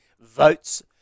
votes